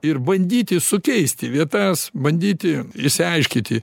ir bandyti sukeisti vietas bandyti išsiaiškyti